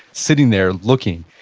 sitting there, looking.